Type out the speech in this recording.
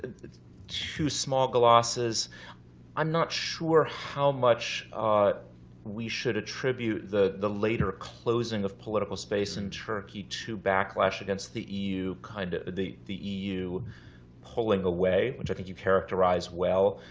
too small glosses i'm not sure how much we should attribute the the later closing of political space in turkey to backlash against the eu, kind of the the eu pulling away, which i think you characterized well.